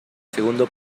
segundo